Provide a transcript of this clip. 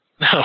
No